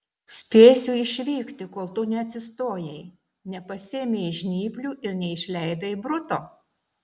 spėsiu išvykti kol tu neatsistojai nepasiėmei žnyplių ir neišleidai bruto